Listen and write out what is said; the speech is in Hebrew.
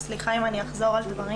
אז סליחה אם אני אחזור על דברים.